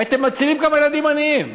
הייתם מצילים כמה ילדים עניים.